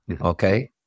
okay